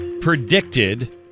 predicted